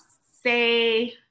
say